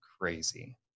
crazy